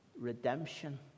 redemption